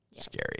scary